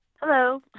Hello